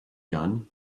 gun